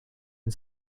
and